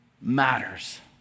matters